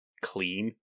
clean